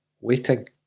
waiting